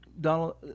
Donald